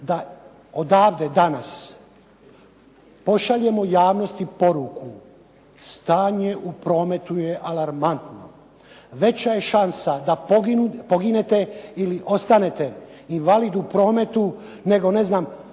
da odavde, danas, pošaljemo javnosti poruku stanje u prometu je alarmantno. Veća je šansa da poginete ili ostane invalid u prometu nego da vam